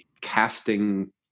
casting